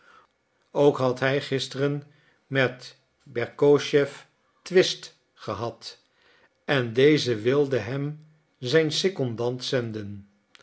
ook had hij gisteren met berkoscheff twist gehad en deze wilde hem zij secondant zenden